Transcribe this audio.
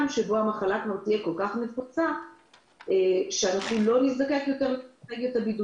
שבו המחלה תהיה כל כך נפוצה שכבר לא נזדקק יותר לבידודים.